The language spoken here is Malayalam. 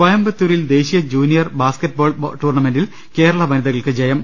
കോയമ്പത്തൂരിൽ ദേശീയ ജൂനിയർ ബാസ്ക്കറ്റ ബോൾ ടൂർണ്ണമെന്റിൽ കേരള വനിതകൾക്ക് ജയം